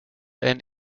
and